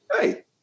Hey